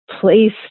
place